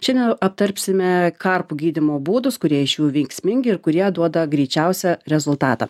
šiandien aptarpsime karpų gydymo būdus kurie iš jų veiksmingi ir kurie duoda greičiausią rezultatą